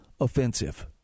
offensive